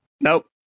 Nope